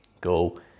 go